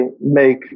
make